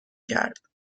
کرد